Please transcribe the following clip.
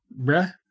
Bruh